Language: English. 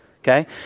okay